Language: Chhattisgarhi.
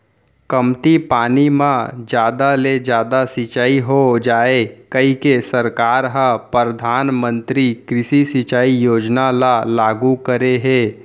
कमती पानी म जादा ले जादा सिंचई हो जाए कहिके सरकार ह परधानमंतरी कृषि सिंचई योजना ल लागू करे हे